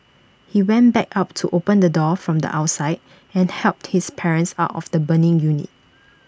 he went back up to open the door from the outside and helped his parents out of the burning unit